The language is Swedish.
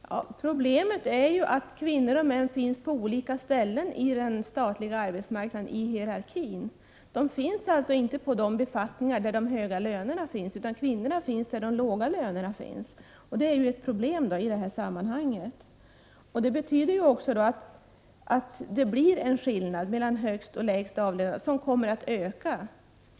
Herr talman! Problemet är ju att kvinnor och män finns på olika ställen i den statliga hierarkin. Kvinnorna finns inte på de befattningar där de höga lönerna finns utan där de låga lönerna finns. Det betyder i sin tur att det blir en skillnad mellan högst och lägst avlönad, och den kommer att öka.